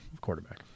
quarterback